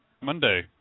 Monday